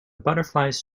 butterflies